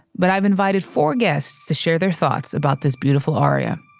but i've invited four guests share their thoughts about this beautiful aria